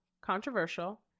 controversial